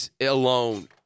alone